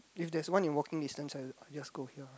if there is one in walking distance I'll I'll just go here